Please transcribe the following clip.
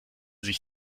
sich